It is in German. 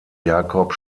jakob